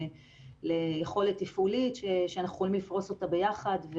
ליכולת תפעולית שאנחנו יכולים לפרוס אותה ביחד,